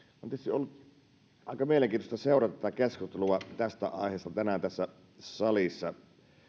on aika mielenkiintoista seurata keskustelua tästä aiheesta tänään tässä salissa